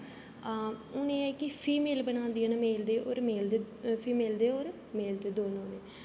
आं हून एह् ऐ कि फीमेल बनांदियां न मेल दे होर मेल दे फीमेल दे होर मेल दे दौनो दे